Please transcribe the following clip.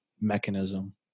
mechanism